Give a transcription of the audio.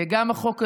גם החוק הזה,